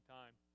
time